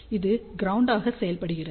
இது க்ரௌண்ட் ஆக செயல்படுகிறது